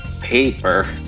paper